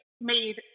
made